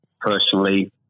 personally